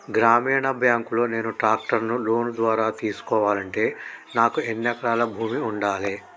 గ్రామీణ బ్యాంక్ లో నేను ట్రాక్టర్ను లోన్ ద్వారా తీసుకోవాలంటే నాకు ఎన్ని ఎకరాల భూమి ఉండాలే?